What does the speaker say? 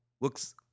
looks